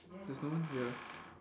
there's no one here